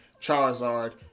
charizard